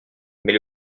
mais